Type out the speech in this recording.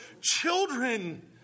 children